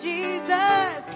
Jesus